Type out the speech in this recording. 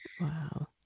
Wow